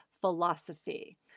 philosophy